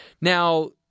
Now